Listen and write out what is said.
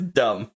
dumb